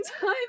time